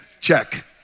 Check